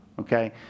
okay